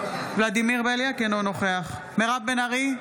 אינו נוכח מירב בן ארי,